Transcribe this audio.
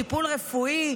טיפול רפואי,